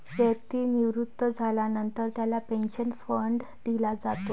व्यक्ती निवृत्त झाल्यानंतर त्याला पेन्शन फंड दिला जातो